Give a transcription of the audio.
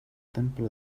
templo